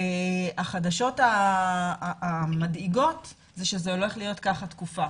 החדשות המדאיגות שזה הולך להיות ככה תקופה,